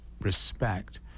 respect